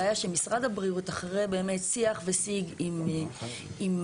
זה היה שמשרד הבריאות אחרי באמת שיח ושיג עם התעשיינים